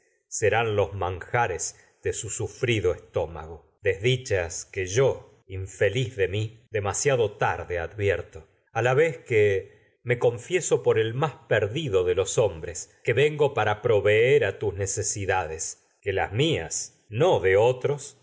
serán yo que manjares de sufrido estómago desdichas tarde que vez infeliz de mi me demasiado el a advierto a la confieso por más perdido tus de los hombres que ven go para proveer necesidades que las mías que no de otros